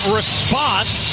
response